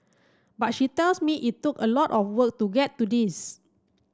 but she tells me it took a lot of work to get to this